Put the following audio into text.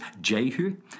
Jehu